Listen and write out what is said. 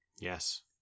Yes